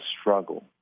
struggle